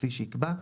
כפי שיקבע.